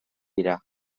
dira